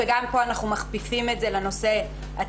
וגם פה אנחנו מכפיפים את זה לנושא התקציבי,